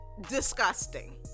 disgusting